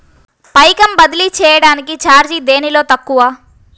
పైకం బదిలీ చెయ్యటానికి చార్జీ దేనిలో తక్కువ?